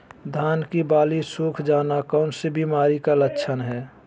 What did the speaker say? धान की बाली सुख जाना कौन सी बीमारी का लक्षण है?